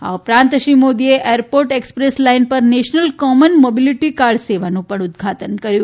આ ઉપરાંત શ્રી મોદીએ એરપોર્ટ એક્સપ્રેસ લાઇન પર નેશનલ કોમન મોબીલીટી કાર્ડ સેવાનું પણ ઉદઘાટન કર્યું